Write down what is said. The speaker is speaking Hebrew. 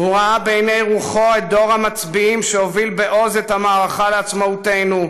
הוא ראה בעיני רוחו את דור המצביאים שהוביל בעוז את המערכה לעצמאותנו,